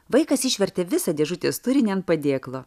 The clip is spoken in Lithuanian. vaikas išvertė visą dėžutės turinį ant padėklo